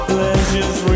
Pleasures